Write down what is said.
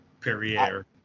Perrier